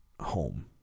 home